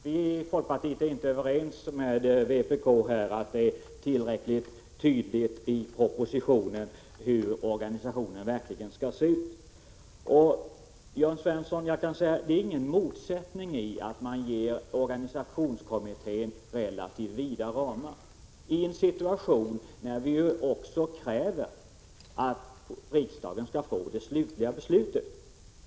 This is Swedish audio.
Herr talman! Vi i folkpartiet är inte överens med vpk om att det är tillräckligt tydligt i propositionen hur organisationen verkligen skall se ut. Jag kan säga, Jörn Svensson, att det inte är någon motsättning i att man ger organisationskommittén relativt vida ramar i en situation där vi också kräver att riksdagen skall ta det slutliga beslutet.